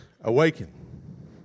awaken